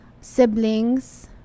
siblings